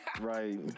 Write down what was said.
Right